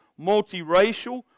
multiracial